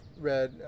read